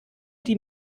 die